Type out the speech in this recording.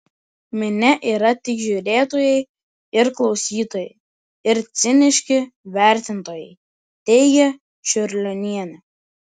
minia yra tik žiūrėtojai ir klausytojai ir ciniški vertintojai teigia čiurlionienė